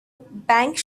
bank